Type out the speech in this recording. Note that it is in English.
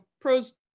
pros